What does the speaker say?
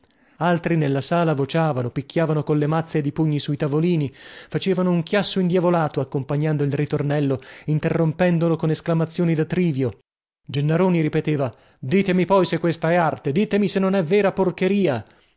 altri nella sala vociavano picchiavano colle mazze ed i pugni sui tavolini facevano un chiasso indiavolato accompagnando il ritornello interrompendolo con esclamazioni da trivio gennaroni ripeteva ditemi poi se questa è arte ditemi se non è vera porcheria